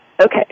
Okay